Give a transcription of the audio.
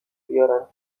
بیارن